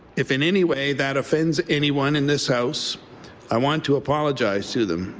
if in any way that offenders anyone in this house i want to apologize to them.